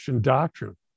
doctrine